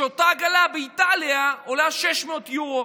כשאותה עגלה באיטליה עולה 600 יורו,